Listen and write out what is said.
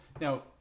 Now